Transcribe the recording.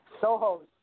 Soho's